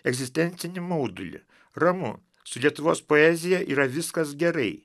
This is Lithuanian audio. egzistencinį maudulį ramu su lietuvos poezija yra viskas gerai